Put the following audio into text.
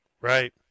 Right